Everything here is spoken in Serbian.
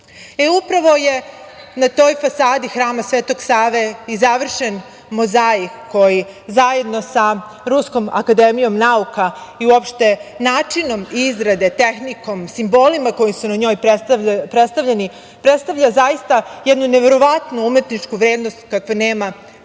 e upravo je na toj fasadi Hrama Svetog Save i završen mozaik koji zajedno sa Ruskom akademijom nauka i uopšte načinom izradom tehnikom, simbolima koji su predstavljeni, predstavlja zaista jednu neverovatnu umetničku vrednost kakve nema nigde